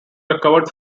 recovered